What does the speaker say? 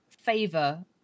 favor